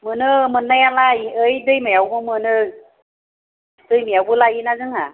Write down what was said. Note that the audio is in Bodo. मोनो मोन्नायालाय ओइ दैमायावबो मोनो दैमायावबो लायोना जोंहा